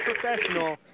professional